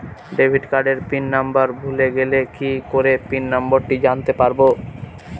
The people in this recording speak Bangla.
ডেবিট কার্ডের পিন নম্বর ভুলে গেলে কি করে পিন নম্বরটি জানতে পারবো?